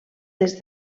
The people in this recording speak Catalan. des